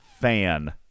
fan